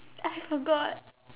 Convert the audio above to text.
I forgot